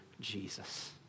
Jesus